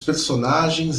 personagens